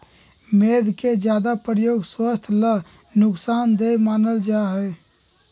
मैद के ज्यादा प्रयोग स्वास्थ्य ला नुकसान देय मानल जाहई